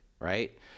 Right